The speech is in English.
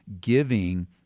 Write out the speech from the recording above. giving